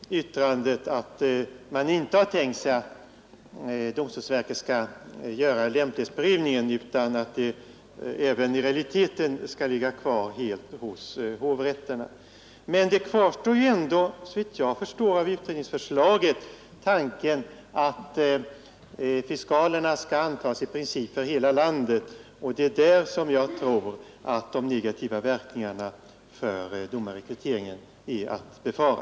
Herr talman! Jag tackar justitieministern för yttrandet att man inte har tänkt sig att domstolsverket skall göra lämplighetsprövningen vid antagningen av domaraspiranter utan att den även i realiteten skall ligga kvar helt hos hovrätterna. Men såvitt jag förstår av utredningsförslaget, kvarstår tanken att aspiranterna skall antas i princip för hela landet, och det är där som jag tror att de negativa verkningarna för domarrekryteringen är att befara.